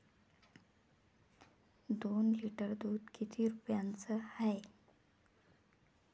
दोन लिटर दुध किती रुप्याचं हाये?